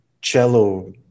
cello